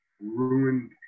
ruined